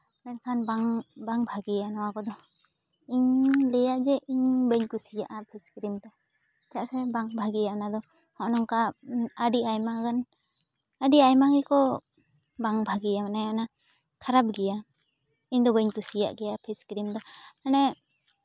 ᱢᱮᱱᱠᱷᱟᱱ ᱵᱟᱝ ᱵᱟᱝ ᱵᱷᱟᱜᱮᱭᱟ ᱱᱚᱣᱟ ᱠᱚᱫᱚ ᱤᱧ ᱞᱟᱹᱭᱟ ᱡᱮ ᱤᱧ ᱵᱟᱹᱧ ᱠᱩᱥᱤᱭᱟᱜᱼᱟ ᱯᱷᱮᱥ ᱠᱨᱤᱢ ᱫᱚ ᱪᱮᱫᱟᱜ ᱥᱮ ᱵᱟᱝ ᱵᱷᱟᱜᱮᱭᱟ ᱚᱱᱟ ᱫᱚ ᱱᱚᱝᱠᱟ ᱟᱹᱰᱤ ᱟᱭᱢᱟ ᱜᱟᱱ ᱟᱹᱰᱤ ᱟᱭᱢᱟ ᱜᱮᱠᱚ ᱵᱟᱝ ᱵᱷᱟᱜᱮᱭᱟ ᱢᱟᱱᱮ ᱚᱱᱟ ᱠᱷᱟᱨᱟᱯ ᱜᱮᱭᱟ ᱤᱧ ᱫᱚ ᱵᱟᱹᱧ ᱠᱩᱥᱤᱭᱟᱜ ᱜᱮᱭᱟ ᱯᱷᱮᱥ ᱠᱨᱤᱢ ᱫᱚ ᱢᱟᱱᱮ